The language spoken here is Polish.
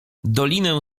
dolinę